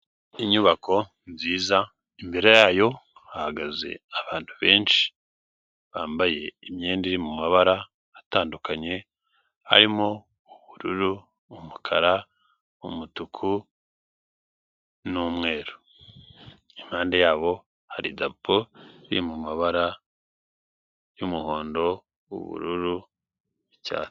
Inyubako nziza, imbere yayo hahagaze abantu benshi bambaye imyenda iri mu mabara atandukanye harimo ubururu, umukara, umutuku, n'umweru, impande y'abo hari idarapo riri mu mabara y'umuhondo, ubururu, icyatsi.